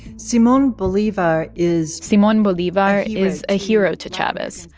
simon bolivar is. simon bolivar is a hero to chavez,